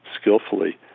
skillfully